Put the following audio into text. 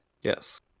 Yes